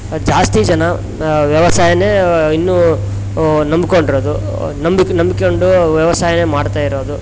ಜಾಸ್ತಿ ಜನ ವ್ಯವಸಾಯನೇ ಇನ್ನೂ ನಂಬ್ಕೊಂಡು ಇರೋದು ನಂಬಿಕೆ ನಂಬ್ಕೊಂಡು ವ್ಯವಸಾಯ ಮಾಡ್ತಾ ಇರೋದು